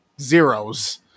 zeros